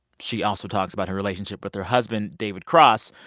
she also talks about her relationship with her husband david cross,